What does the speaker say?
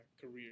career